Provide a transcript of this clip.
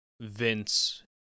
Vince